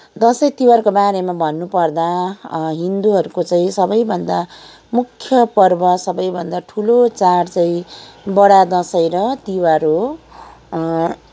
दसैँ तिहारको बारेमा भन्नुपर्दा हिन्दूहरूको चाहिँ सबैभन्दा मुख्य पर्व सबैभन्दा ठुलो चाड चाहिँ बडा दसैँ र तिहार हो